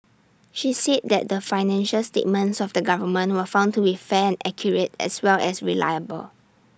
she said that the financial statements of the government were found to be fair and accurate as well as reliable